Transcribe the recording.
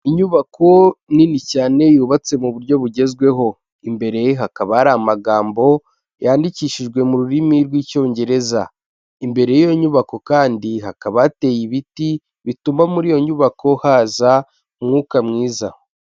Inyubako nini cyane yubatse mu buryo bugezweho, imbere hakaba hari amagambo yandikishijwe mu rurimi rw'icyongereza, imbere y'iyo nyubako kandi hakaba hateye ibiti bituma muri iyo nyubako haza umwuka mwiza.